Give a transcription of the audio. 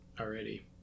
already